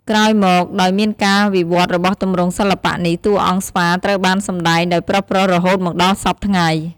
ក្រោយមកដោយមានការវិវត្តន៍របស់ទម្រង់សិល្បៈនេះ តួអង្គស្វាត្រូវបានសម្តែង ដោយប្រុសៗរហូតមកដល់សព្វថ្ងៃ។